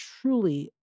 truly